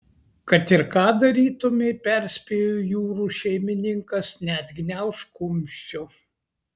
kad ir ką darytumei perspėjo jūrų šeimininkas neatgniaužk kumščio